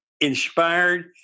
inspired